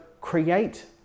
create